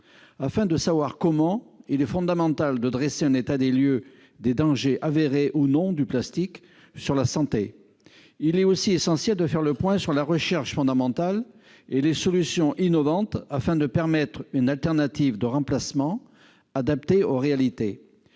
afin de savoir comment il est fondamental de dresser un état des lieux des dangers avérés ou non du plastique sur la santé, il est aussi essentiel de faire le point sur la recherche fondamentale et les solutions innovantes afin de permettre une alternative de remplacement adaptées aux réalités